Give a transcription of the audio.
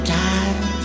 time